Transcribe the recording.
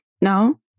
no